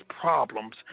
problems